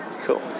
Cool